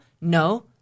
No